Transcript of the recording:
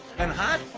and hot?